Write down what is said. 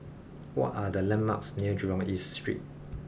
what are the landmarks near Jurong East Street